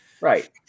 Right